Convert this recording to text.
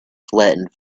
flattened